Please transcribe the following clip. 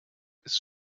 ist